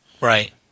Right